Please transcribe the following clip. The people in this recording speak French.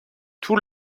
tout